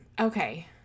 Okay